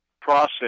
process